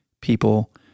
people